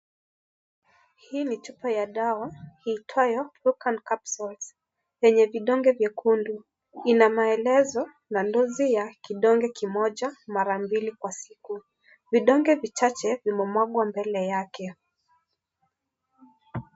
Hii ni Chupa ya dawa iitwayo hokan capsules vina vidonge vyekundu inamaelezo ya lidonge kimoja mara mbili kwa siku vidonge vichache vimemwagwa mbele yake.